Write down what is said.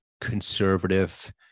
conservative